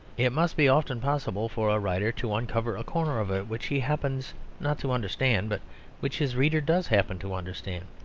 it must be often possible for a writer to uncover a corner of it which he happens not to understand, but which his reader does happen to understand.